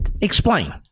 Explain